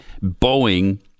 Boeing